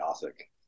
Gothic